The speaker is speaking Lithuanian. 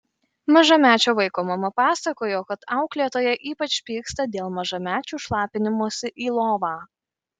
mažamečio vaiko mama pasakojo kad auklėtoja ypač pyksta dėl mažamečių šlapinimosi į lovą